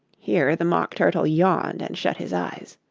here the mock turtle yawned and shut his eyes